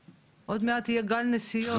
עוד מעט יהיה גל נסיעות, בפסח.